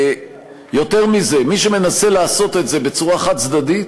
יותר מזה, מי שמנסה לעשות את זה בצורה חד-צדדית,